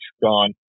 gone